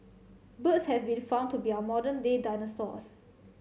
birds have been found to be our modern day dinosaurs